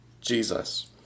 Jesus